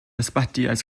ysbyty